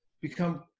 become